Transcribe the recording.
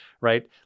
right